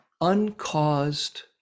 uncaused